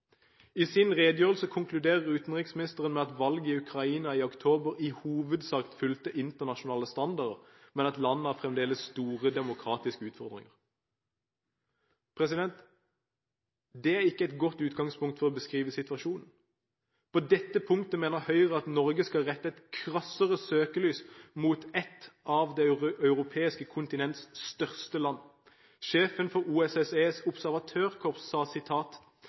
I sin redegjørelse konkluderer utenriksministeren med at valget i Ukraina i oktober i hovedsak fulgte internasjonale standarder, men at landet fremdeles har store demokratiske utfordringer. Det er ikke et godt utgangspunkt for å beskrive situasjonen. På dette punktet mener Høyre at Norge skal rette et krassere søkelys mot et av det europeiske kontinents største land. Sjefen for OSSEs observatørkorps sa